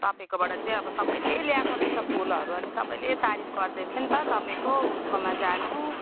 तपाईँकोबाट चाहिँ अब सबैले ल्याएको रहेछ फुलहरू अनि सबैले तारिफ गर्दैथ्यो नि त तपाईँको उसकोमा जानु